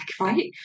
right